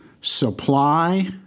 supply